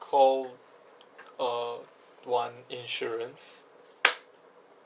call uh one insurance